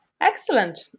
Excellent